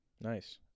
Nice